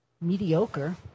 mediocre